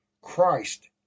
Christ